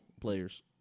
players